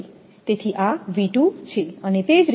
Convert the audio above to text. તેથી આ છે અને તે જ રીતે